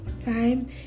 time